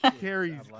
Carrie's